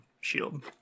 shield